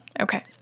Okay